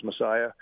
Messiah